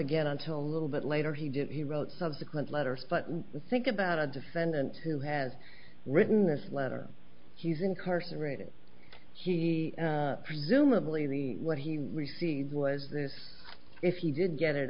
again until a little bit later he did he wrote subsequent letters but think about a defendant who has written this letter he's incarcerated he presumably the what he received was this if you didn't get it